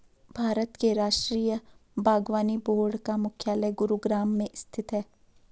भारत के राष्ट्रीय बागवानी बोर्ड का मुख्यालय गुरुग्राम में स्थित है